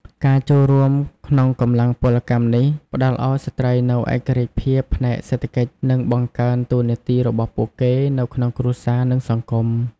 ការចូលរួមក្នុងកម្លាំងពលកម្មនេះ ផ្ដល់ឱ្យស្ត្រីនូវឯករាជ្យភាពផ្នែកសេដ្ឋកិច្ច និងបង្កើនតួនាទីរបស់ពួកគេនៅក្នុងគ្រួសារ និងសង្គម។